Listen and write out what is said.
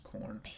corn